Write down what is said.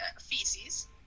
feces